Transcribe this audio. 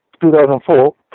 2004